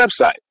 website